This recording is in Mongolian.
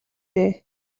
дээ